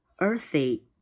earthy